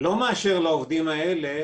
לא מאשר לעובדים האלה,